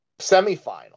semifinal